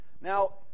Now